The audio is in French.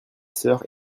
sœur